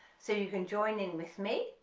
so you can join in with me,